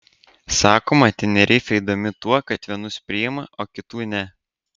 sakoma tenerifė įdomi tuo kad vienus priima o kitų ne